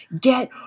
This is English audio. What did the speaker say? Get